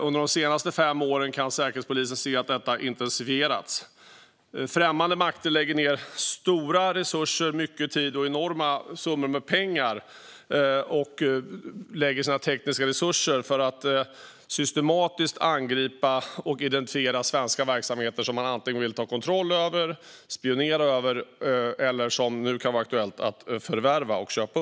Under de senaste fem åren har Säkerhetspolisen kunnat se att detta har intensifierats. Främmande makter lägger ned stora resurser, mycket tid, enorma summor pengar och tekniska resurser på att systematiskt angripa och identifiera svenska verksamheter som de antingen vill ta kontroll över, spionera på eller förvärva och köpa upp, vilket nu kan vara aktuellt.